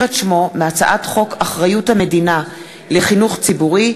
את שמו מהצעת חוק אחריות המדינה לחינוך ציבורי,